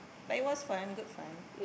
but it was fun good fun